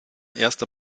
erster